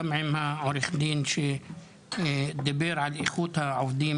גם עם עורך הדין שדיבר על איכות העובדים